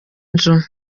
nzu